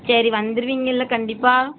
சரி வந்துருவீங்கள்லை கண்டிப்பாக